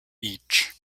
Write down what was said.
each